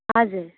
हजुर